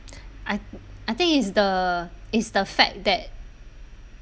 I I think is the is the fact that